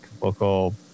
local